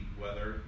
weather